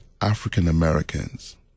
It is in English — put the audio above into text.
African-Americans